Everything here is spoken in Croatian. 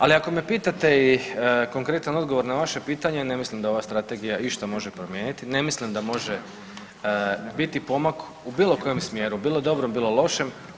Ali ako me pitate i konkretan odgovor na vaše pitanje ne mislim da ova strategija išta može promijeniti, ne mislim da može biti pomak u bilo kojem smjeru bilo dobrom, bilo lošem.